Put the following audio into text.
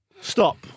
stop